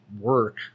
work